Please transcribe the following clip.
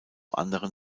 anderen